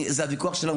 זה הוויכוח שלנו,